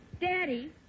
Daddy